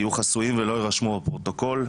יהיו חסויים ולא יירשמו בפרוטוקול.